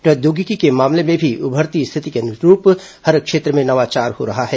प्रौद्योगिकी के मामले में भी उभरती स्थिति के अनुरूप हर क्षेत्र में नवाचार हो रहा है